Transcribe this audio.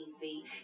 easy